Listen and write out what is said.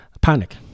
panic